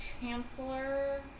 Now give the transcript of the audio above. chancellor